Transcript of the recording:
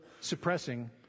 suppressing